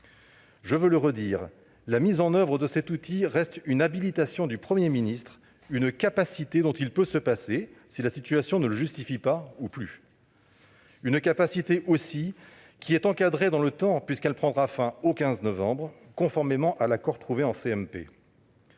Je veux le redire, la mise en oeuvre de cet outil reste une habilitation du Premier ministre, une capacité dont il peut se passer si la situation ne le justifie pas ou plus. Cette capacité est également encadrée dans le temps, puisqu'elle prendra fin au 15 novembre, conformément à l'accord trouvé en CMP.